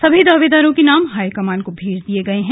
सभी दावेदारों के नाम हाईकमान को भेज दिए गए है